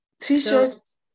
T-shirts